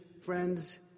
friends